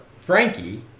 Frankie